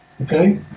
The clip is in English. Okay